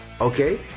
okay